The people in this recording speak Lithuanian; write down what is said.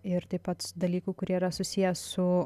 ir taip pat dalykų kurie yra susiję su